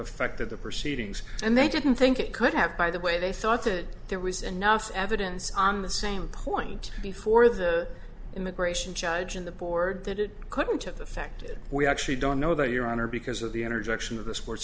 affected the proceedings and they didn't think it could have by the way they thought it there was enough evidence on the same point before the immigration judge and the board that it couldn't have affected we actually don't know that your honor because of the energy action of the sports